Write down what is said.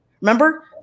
Remember